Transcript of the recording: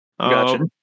Gotcha